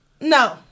No